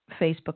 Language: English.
Facebook